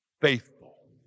faithful